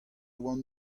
oan